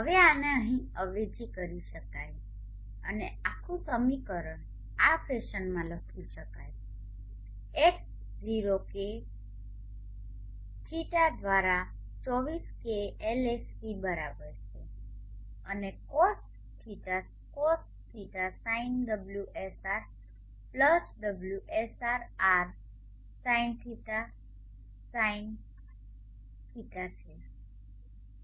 હવે આને અહીં અવેજી કરી શકાય છે અને આખું સમીકરણ આ ફેશનમાં લખી શકાય છે H0 K φ દ્વારા 24 K LSC બરાબર છે અને cos δ cos φ sine ωSR plus ωSR R sine δ sine φ છે